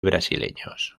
brasileños